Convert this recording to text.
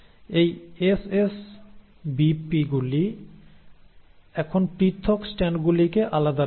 এই SSBP গুলি এখন পৃথক স্ট্র্যান্ডগুলিকে আলাদা রাখবে